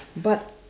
but